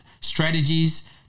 strategies